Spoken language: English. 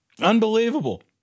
Unbelievable